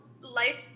life